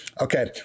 okay